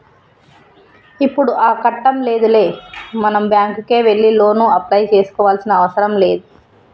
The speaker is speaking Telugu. ఇప్పుడు ఆ కట్టం లేదులే మనం బ్యాంకుకే వెళ్లి లోను అప్లై చేసుకోవాల్సిన అవసరం లేదు